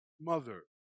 Mother